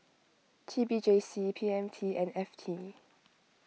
T B J C P M T and F T